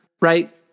right